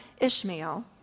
Ishmael